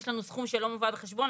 יש לנו סכום שלא מובא בחשבון.